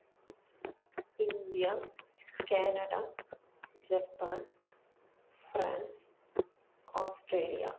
India Canada Japan France Australia